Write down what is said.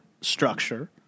structure